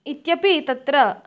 इत्यपि तत्र